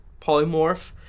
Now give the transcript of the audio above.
Polymorph